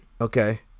Okay